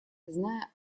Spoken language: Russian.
зная